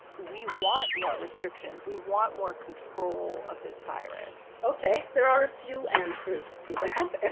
we want more restrictions, we want more control of this virus ok, there are a few answers to that. and